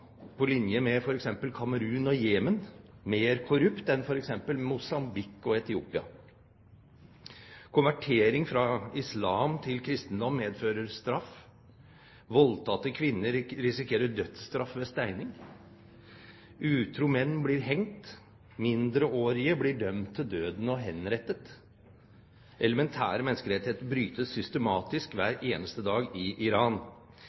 på linje med f.eks. Kamerun og Jemen, mer korrupt enn f.eks. Mosambik og Etiopia. Konvertering fra islam til kristendom medfører straff. Voldtatte kvinner risikerer dødsstraff ved steining. Utro menn blir hengt. Mindreårige blir dømt til døden og henrettet. Elementære menneskerettigheter brytes systematisk hver eneste dag i Iran.